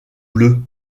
bleue